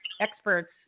experts